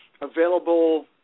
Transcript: available